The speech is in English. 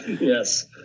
Yes